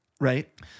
Right